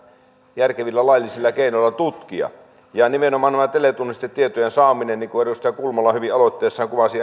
järkevillä laillisilla keinoilla tutkia ja minkä tautta nimenomaan teletunnistetietojen saamista niin kuin edustaja kulmala hyvin aloitteessaan kuvasi